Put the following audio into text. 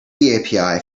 api